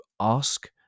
ask